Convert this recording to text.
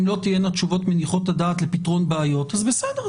אם לא תהיינה תשובות שמניחות את הדעת לפתרון בעיות אז בסדר,